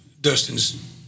Dustin's